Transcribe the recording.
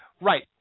Right